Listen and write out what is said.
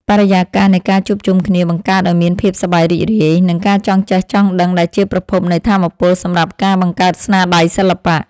បរិយាកាសនៃការជួបជុំគ្នាបង្កើតឱ្យមានភាពសប្បាយរីករាយ និង ការចង់ចេះចង់ដឹងដែលជាប្រភពនៃថាមពលសម្រាប់ការបង្កើតស្នាដៃសិល្បៈ។